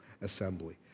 Assembly